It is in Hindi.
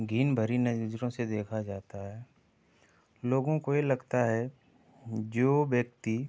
घिन्न भरी नज़रों से देखा जाता है लोगों को ये लगता है जो व्यक्ति